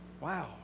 Wow